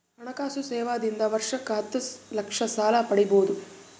ಹಣಕಾಸು ಸೇವಾ ದಿಂದ ವರ್ಷಕ್ಕ ಹತ್ತ ಲಕ್ಷ ಸಾಲ ಪಡಿಬೋದ?